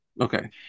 Okay